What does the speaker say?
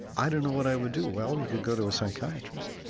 i don't know what i would do. well, you could go to a psychiatrist,